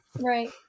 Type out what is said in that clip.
right